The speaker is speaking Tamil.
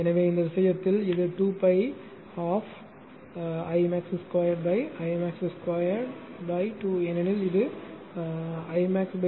எனவே இந்த விஷயத்தில் இது 2 pi 12 l I max 2 I max 2 2 ஏனெனில் இது Imax √ 2 2